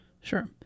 Sure